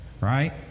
right